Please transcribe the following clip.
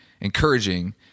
encouraging